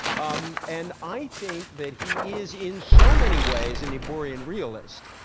um and i think that he is in so many ways a niebuhrian realist.